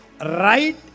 right